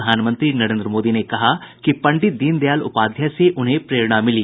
प्रधानमंत्री नरेन्द्र मोदी ने कहा कि पंडित दीनदयाल उपाध्याय से उन्हें प्रेरणा मिली